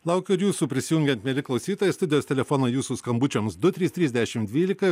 laukiu ir jūsų prisijungiant mieli klausytojai studijos telefonu jūsų skambučiams du trys trys dešimt dvylika